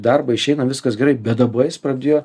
darbą išeinam viskas gerai bet dabar jis pradėjo